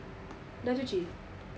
dah cuci